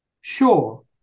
Sure